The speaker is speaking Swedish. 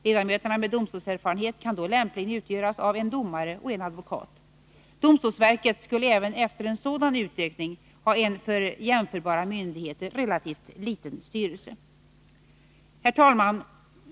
Ledamöterna med domstolserfarenhet kan då lämpligen utgöras av en domare och en advokat. Domstolsverket skulle även efter en sådan utökning ha en för jämförbara myndigheter relativt liten styrelse. Herr talman!